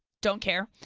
don't care,